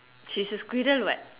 she's a squirrel what